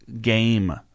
game